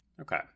Okay